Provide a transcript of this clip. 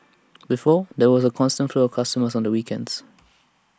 before there was A constant flow of customers on weekends